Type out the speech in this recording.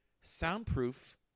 soundproof